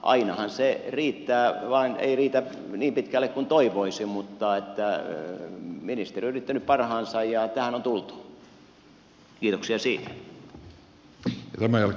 ainahan se ei riitä niin pitkälle kuin toivoisi mutta ministeri on yrittänyt parhaansa ja tähän on tultu